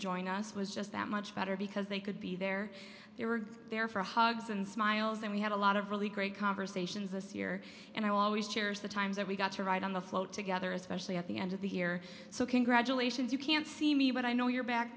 join us was just that much better because they could be there they were there for hugs and smiles and we had a lot of really great conversations this year and i always cherish the times that we got to ride on the float together especially at the end of the here so congratulations you can't see me but i know you're back